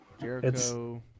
Jericho